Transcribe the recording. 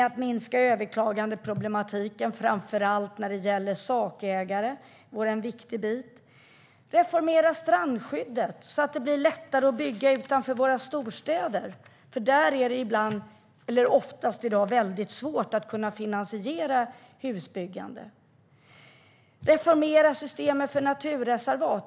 Att minska överklagandeproblematiken, framför allt när det gäller sakägare, vore en viktig bit. Reformera strandskyddet så att det blir lättare att bygga utanför våra storstäder! Där är det oftast väldigt svårt att finansiera husbyggande i dag. Reformera systemet för naturreservat!